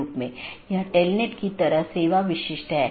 दूसरा BGP connection बनाए रख रहा है